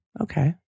Okay